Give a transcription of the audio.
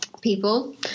people